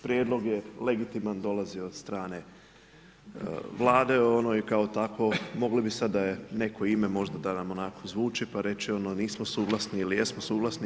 Prijedlog je legitiman, dolazi od strane Vlade i kao takvo, moglo bi sad da je neko ime možda da nam onako zvuči pa reći ono nismo suglasni ili jesmo suglasni.